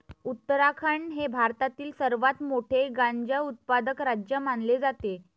उत्तराखंड हे भारतातील सर्वात मोठे गांजा उत्पादक राज्य मानले जाते